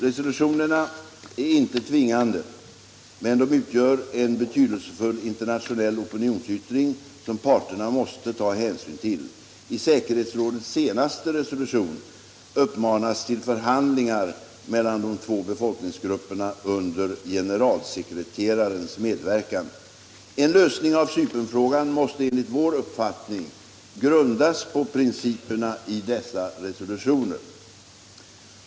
Resolutionerna är inte tvingande, men de utgör en betydelsefull internationell opinionsyttring, som parterna måste ta hänsyn till. I säkerhetsrådets senaste resolution uppmanas till förhandlingar mellan de två befolkningsgrupperna under generalsekreterarens medverkan. En lösning av Cypernfrågan måste enligt vår uppfattning grundas på principerna i dessa resolutioner.